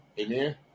Amen